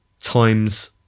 times